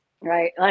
Right